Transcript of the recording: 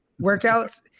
workouts